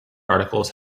articles